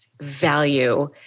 value